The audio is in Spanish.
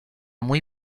muy